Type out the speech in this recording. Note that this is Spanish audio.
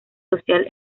social